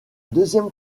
deuxième